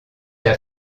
t’a